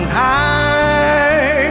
high